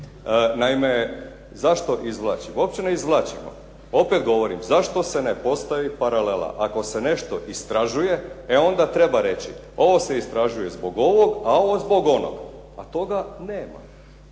Naime, zašto izvlačimo? Uopće ne izvlačimo. Opet govorim, zašto se ne postavi paralela. Ako se nešto istražuje e onda treba reći ovo se istražuje zbog ovog, a ovo zbog onog, a toga nema.